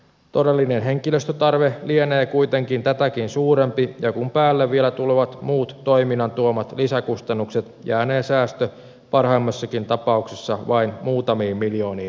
todellinen henkilöstötarve lienee kuitenkin tätäkin suurempi ja kun päälle vielä tulevat muut toiminnan tuomat lisäkustannukset jäänee säästö parhaimmassakin tapauksessa vain muutamiin miljooniin euroihin